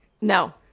No